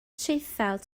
traethawd